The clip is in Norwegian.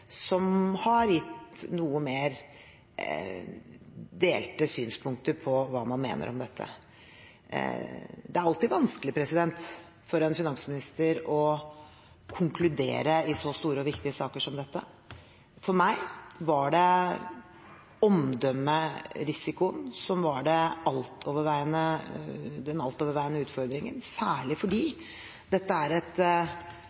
som har gitt noe mer delte synspunkter på hva man mener om dette. Det er alltid vanskelig for en finansminister å konkludere i så store og viktige saker som dette. For meg var det omdømmerisikoen som var den altoverveiende utfordringen, særlig